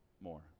more